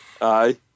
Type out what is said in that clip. aye